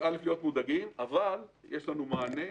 אז ראשית, להיות מודאגים, אבל יש לנו מענה,